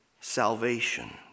salvation